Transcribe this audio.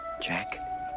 Jack